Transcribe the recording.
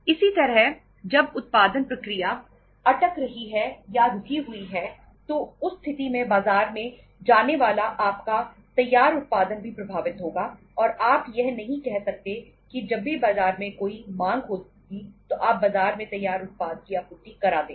इसी तरह जब उत्पादन प्रक्रिया अटक रही है या रुकी हुई है तो उस स्थिति में बाजार में जाने वाला आपका तैयार उत्पादन भी प्रभावित होगा और आप यह नहीं कह सकते कि जब भी बाजार में कोई मांग होगी तो आप बाजार में तैयार उत्पाद की आपूर्ति करा देंगे